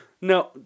No